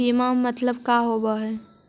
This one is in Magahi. बीमा मतलब का होव हइ?